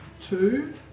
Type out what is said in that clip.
two